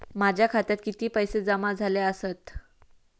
माझ्या खात्यात किती पैसे जमा झाले आसत?